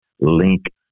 link